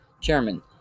Chairman